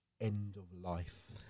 end-of-life